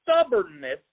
stubbornness